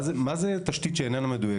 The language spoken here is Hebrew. מה זו תשתית שאיננה מדויקת?